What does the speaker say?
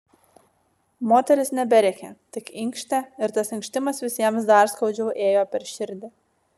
moteris neberėkė tik inkštė ir tas inkštimas visiems dar skaudžiau ėjo per širdį